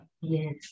Yes